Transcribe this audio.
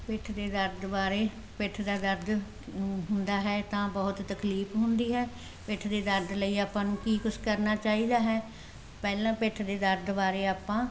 ਪਿੱਠ ਦੇ ਦਰਦ ਬਾਰੇ ਪਿੱਠ ਦਾ ਦਰਦ ਉਂ ਹੁੰਦਾ ਹੈ ਤਾਂ ਬਹੁਤ ਤਕਲੀਫ ਹੁੰਦੀ ਹੈ ਪਿੱਠ ਦੇ ਦਰਦ ਲਈ ਆਪਾਂ ਨੂੰ ਕੀ ਕੁਛ ਕਰਨਾ ਚਾਹੀਦਾ ਹੈ ਪਹਿਲਾਂ ਪਿੱਠ ਦੇ ਦਰਦ ਬਾਰੇ ਆਪਾਂ